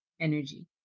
energy